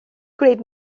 gwneud